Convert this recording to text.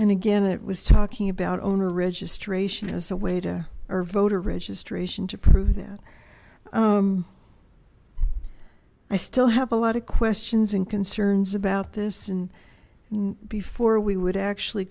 and again it was talking about owner registration as a way to our voter registration to prove that i still have a lot of questions and concerns about this and before we would actually